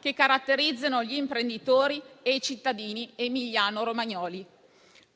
che caratterizzano gli imprenditori e i cittadini emiliano-romagnoli.